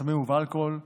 בסמים ובאלכוהול (תיקון),